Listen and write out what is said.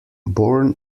born